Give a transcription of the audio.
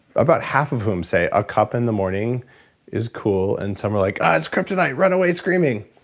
about half of whom say a cup in the morning is cool, and some are like ah, it's kryptonite! run away screaming!